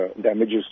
damages